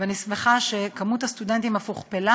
ואני שמחה שמספר הסטודנטים אף הוכפל.